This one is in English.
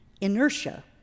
inertia